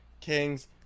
Kings